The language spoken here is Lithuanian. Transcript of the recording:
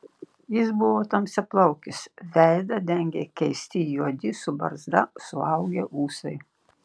jis buvo tamsiaplaukis veidą dengė keisti juodi su barzda suaugę ūsai